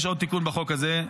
יש עוד תיקון בחוק הזה,